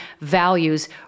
values